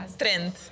trend